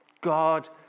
God